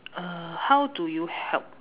err how do you help